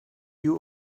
you